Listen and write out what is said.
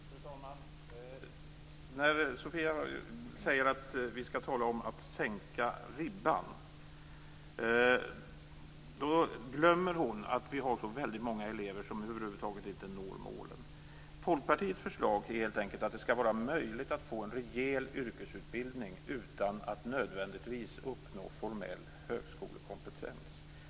Fru talman! När Sofia Jonsson säger att vi talar om att sänka ribban glömmer hon att det finns många elever som över huvud taget inte når målen. Folkpartiets förslag är helt enkelt att det skall vara möjligt att få en rejäl yrkesutbildning utan att nödvändigtvis uppnå formell högskolekompetens.